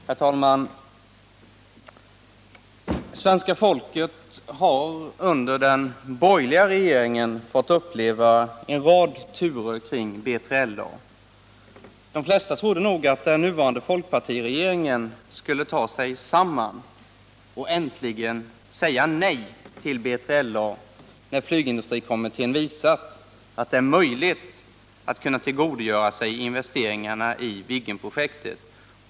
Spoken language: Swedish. Herr talman! Svenska folket har under den borgerliga regeringen fått uppleva en rad turer kring B3LA-projektet. De flesta har nog trott att den nuvarande folkpartiregeringen skulle ta sig samman och äntligen säga nej till B3LA när flygindustrikommittén visat att det är möjligt att tillgodogöra sig investeringarna i Viggenprojektet.